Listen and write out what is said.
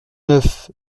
neuf